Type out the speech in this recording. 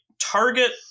target